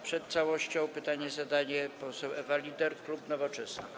Przed całością pytanie zadaje poseł Ewa Lieder, klub Nowoczesna.